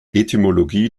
etymologie